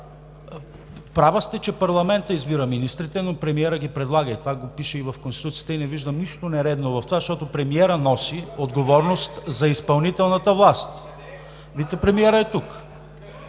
права сте, че парламентът избира министрите, но премиерът ги предлага и това го пише в Конституцията. Не виждам нищо нередно в това, защото премиерът носи отговорност за изпълнителната власт. Вицепремиерът е тук.